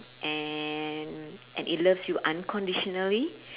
and and it loves you unconditionally